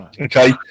Okay